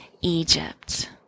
Egypt